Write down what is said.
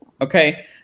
Okay